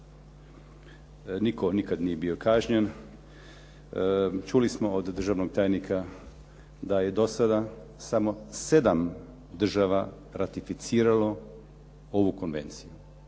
Nitko nikad nije bio kažnjen, čuli smo od državnog tajnika da je do sada samo 7 država ratificiralo ovu konvenciju.